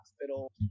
hospital